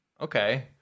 Okay